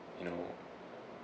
you know